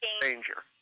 Danger